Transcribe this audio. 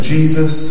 Jesus